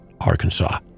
Arkansas